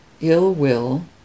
ill-will